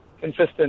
consistent